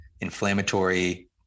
inflammatory